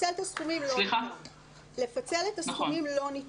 לפצל את הסכומים לא ניתן,